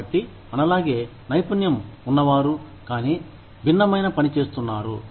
కాబట్టి మనలాగే నైపుణ్యం ఉన్నవారు కానీ భిన్నమైన పని చేస్తున్నారు